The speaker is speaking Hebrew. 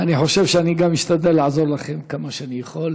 ואני חושב שאני גם משתדל לעזור לכן כמה שאני יכול,